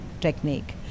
technique